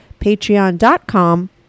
patreon.com